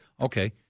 Okay